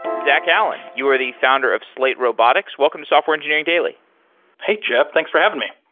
zach allen, you are the founder of slate robotics. welcome to software engineering daily hey, jeff. thanks for having me.